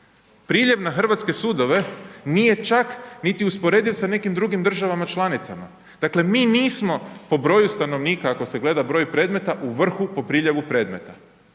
Priljev na hrvatske sudove nije čak niti usporediv sa nekim drugim državama članicama, dakle mi nismo po broju stanovnika ako se gleda broj predmeta, u vrhu po priljevu predmeta.